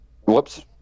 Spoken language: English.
Whoops